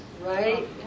Right